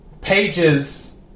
pages